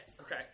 Okay